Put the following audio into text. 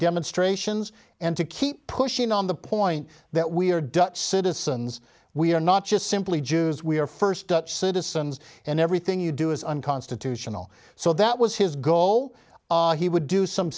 demonstrations and to keep pushing on the point that we are dutch citizens we are not just simply jews we are first dutch citizens and everything you do is unconstitutional so that was his goal he would do some